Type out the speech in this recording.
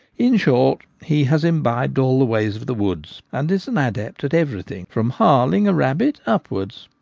in short, he has imbibed all the ways of the woods, and is an adept at everything, from harling a rabbit upwards.